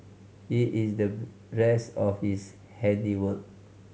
here is the rest of his handiwork